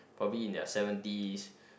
probably in their seventies